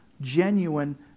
genuine